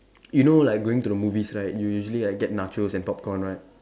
you know like going to the movies right you usually like get nachos and popcorn right